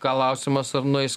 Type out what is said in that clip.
klausimas ar nueis